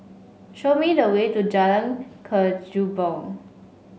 show me the way to Jalan Kechubong